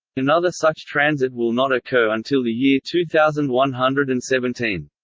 another such transit will not occur until the year two thousand one hundred and seventeen.